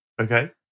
Okay